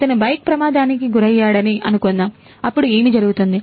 అతను బైక్ ప్రమాదానికి గురయ్యాడని అనుకుందాం అప్పుడు ఏమి జరుగుతుంది